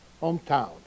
hometown